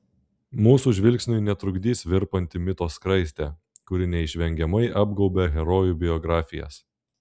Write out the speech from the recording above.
mūsų žvilgsniui netrukdys virpanti mito skraistė kuri neišvengiamai apgaubia herojų biografijas